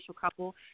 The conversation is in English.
couple